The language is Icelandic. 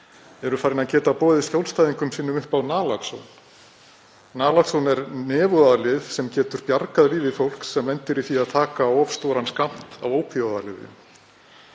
séu farin að geta boðið skjólstæðingum sínum upp á naloxone. Naloxone er nefúðalyf sem getur bjargað lífi fólks sem lendir í því að taka of stóran skammt af ópíóíðalyfjum.